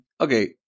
Okay